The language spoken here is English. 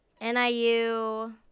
NIU